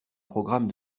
programme